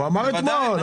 הוא אמר אתמול.